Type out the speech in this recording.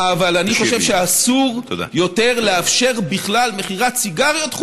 אבל אני חושב שאסור יותר לאפשר בכלל מכירת סיגריות,